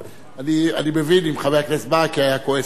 אני מבין אם חבר הכנסת ברכה היה כועס עליהם.